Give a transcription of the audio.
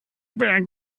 back